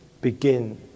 begin